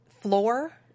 floor